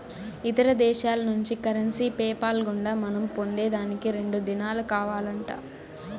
ఇతర దేశాల్నుంచి currency PayPal గుండా మనం పొందేదానికి రెండు దినాలు కావాలంట